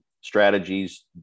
strategies